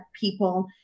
people